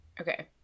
Okay